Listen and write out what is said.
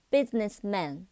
Businessman